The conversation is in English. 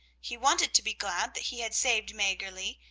he wanted to be glad that he had saved maggerli,